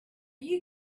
you